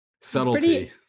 Subtlety